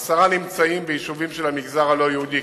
עשרה נמצאים ביישובים של המגזר הלא-יהודי,